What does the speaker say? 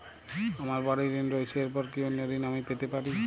আমার বাড়ীর ঋণ রয়েছে এরপর কি অন্য ঋণ আমি পেতে পারি?